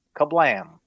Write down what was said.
Kablam